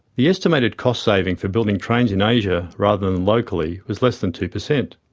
the estimated cost saving for building trains in asia rather than locally was less than two percent.